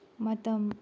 ꯃꯇꯝ